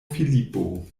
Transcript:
filipo